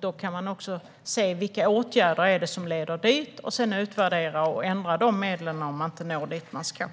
Då kan man även se vilka åtgärder som leder dit och sedan utvärdera och ändra dessa medel om man inte når dit man ska.